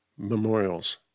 memorials